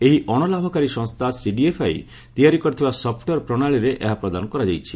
ଏହି ଅଣ ଲାଭକାରୀ ସଂସ୍ଥା ସିଡିଏଫଆଇ ତିଆରି କରିଥିବା ସଫ୍ଟୱେର ପ୍ରଣାଳୀରେ ଏହା ପ୍ରଦାନ କରାଯାଇଛି